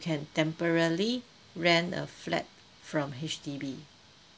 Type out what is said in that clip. can temporarily rent a flat from H_D_B